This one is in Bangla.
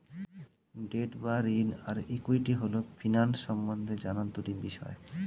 ডেট বা ঋণ আর ইক্যুইটি হল ফিন্যান্স সম্বন্ধে জানার দুটি বিষয়